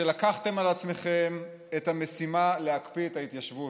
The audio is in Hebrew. שלקחתם על עצמכם את המשימה להקפיא את ההתיישבות?